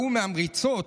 ההוא מהמריצות,